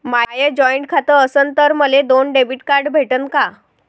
माय joint खातं असन तर मले दोन डेबिट कार्ड भेटन का?